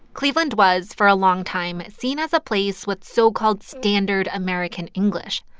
cleveland was, for a long time, seen as a place with so-called standard american english.